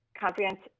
Comprehensive